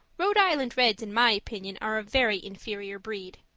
rhode island reds, in my opinion, are a very inferior breed.